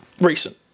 Recent